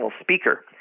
speaker